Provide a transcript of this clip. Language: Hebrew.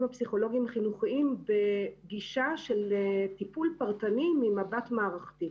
הפסיכולוגיים-החינוכיים בגישה של טיפול פרטני ממבט מערכתי.